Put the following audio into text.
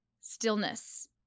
stillness